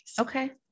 Okay